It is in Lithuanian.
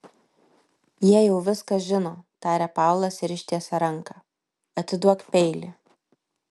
jie jau viską žino tarė paulas ir ištiesė ranką atiduok peilį